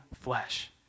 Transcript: flesh